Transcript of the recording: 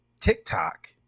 TikTok